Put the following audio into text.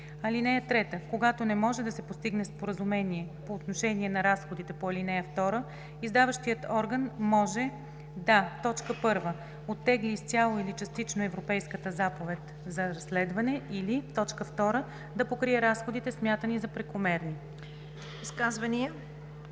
(3) Когато не може да се постигне споразумение по отношение на разходите по ал. 2, издаващият орган може да: 1. оттегли изцяло или частично Европейската заповед за разследване, или 2. да покрие разходите, смятани за прекомерни.“